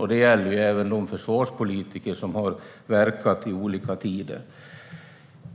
och det gäller även de försvarspolitiker som har verkat i olika tider.